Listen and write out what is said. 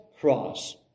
cross